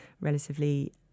relatively